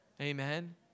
Amen